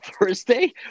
Thursday